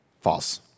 false